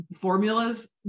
formulas